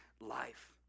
life